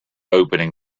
opening